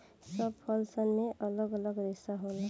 सब फल सन मे अलग अलग रेसा होला